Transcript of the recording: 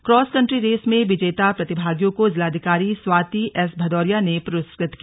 cross country race में विजेता प्रतिभागियों को जिलाधिकारी स्वाति एस भदौरिया ने पुरस्कृत किया